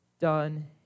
done